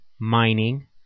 mining